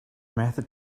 method